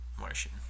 Martian